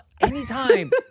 anytime